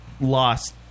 lost